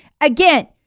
Again